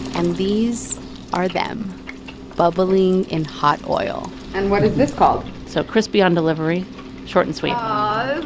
and these are them bubbling in hot oil and what is this called? so crispy on delivery short and sweet aw,